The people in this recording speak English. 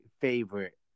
favorite